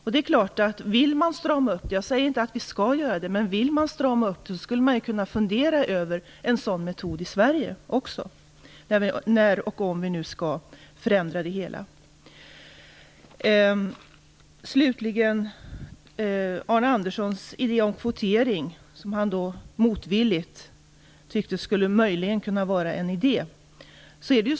Vill man ha en uppstramning, jag säger alltså inte att så skall ske, skulle man kunna fundera över en sådan metod också i Sverige när, eller om, vi skall förändra det hela. Slutligen: Motvilligt tyckte Arne Andersson att kvotering möjligen kunde vara en idé.